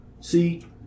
see